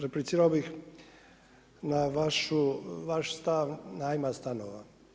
Replicirao bih na vaš stav najma stanova.